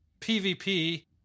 PvP